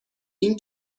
این